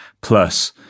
plus